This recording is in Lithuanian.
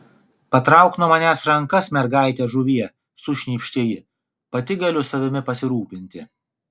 patrauk nuo manęs rankas mergaite žuvie sušnypštė ji pati galiu savimi pasirūpinti